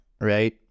Right